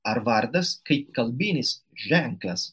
ar vardas kaip kalbinis ženklas